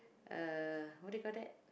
uh what did you call that